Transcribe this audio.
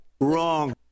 Wrong